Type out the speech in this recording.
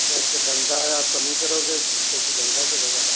आपका धंधा है आप कमी करोगे कैसे धंधा चलेगा